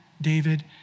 David